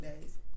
Days